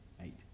Eight